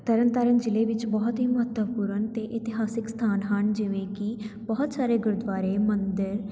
ਤਰਨਤਾਰਨ ਜ਼ਿਲ੍ਹੇ ਵਿੱਚ ਬਹੁਤ ਹੀ ਮਹੱਤਵਪੂਰਨ ਅਤੇ ਇਤਿਹਾਸਿਕ ਸਥਾਨ ਹਨ ਜਿਵੇਂ ਕਿ ਬਹੁਤ ਸਾਰੇ ਗੁਰਦੁਆਰੇ ਮੰਦਿਰ